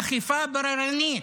אכיפה בררנית.